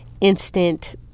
instant